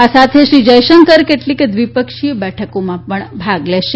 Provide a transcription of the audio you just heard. આ સાથે શ્રી જયશંકર કેટલીક દ્વિપક્ષીય બેઠકોમાં પણ ભાગ લેશે